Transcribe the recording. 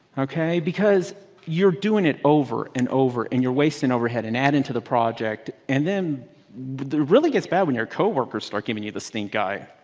ok? because you're doing it over and over and you're wasting overhead and adding to the project. and then it really gets bad when your coworkers start giving you the stink guy.